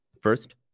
first